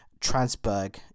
Transberg